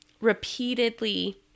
repeatedly